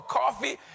coffee